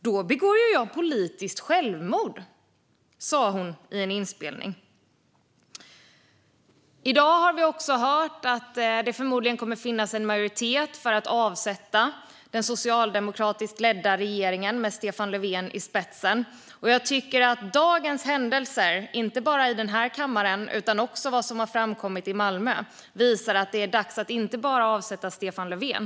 Då begår ju jag politiskt självmord! Så sa hon i en inspelning. I dag har vi också hört att det förmodligen kommer att finnas en majoritet för att avsätta den socialdemokratiskt ledda regeringen med Stefan Löfven i spetsen. Jag tycker att dagens händelser, inte bara i den här kammaren utan också i Malmö, visar att det inte bara är dags att avsätta Stefan Löfven.